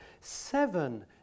seven